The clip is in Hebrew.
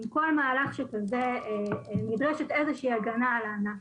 עם כל מהלך שכזה נדרשת איזושהי הגנה על הענף.